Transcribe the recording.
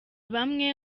bamwe